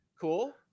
cool